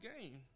game